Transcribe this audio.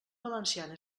valenciana